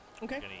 Okay